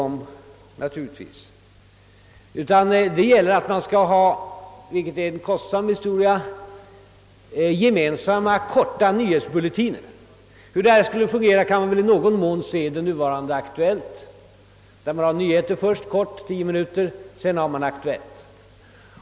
Så är naturligtvis inte fallet. I stället är det meningen att man skall ha gemensamma korta nyhetsbulletiner. Det skulle i någon mån fungera som det nuvarande Aktuellt, där man först har nyhetsuppläsning under tio minuter och därefter Aktuellt.